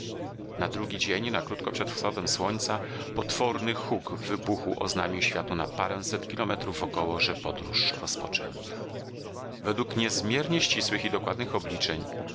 na drugi dzień na krótko przed wschodem słońca potworny huk wybuchu oznajmił światu na paręset kilometrów wokoło że podróż rozpoczęta według niezmiernie ścisłych i dokładnych obliczeń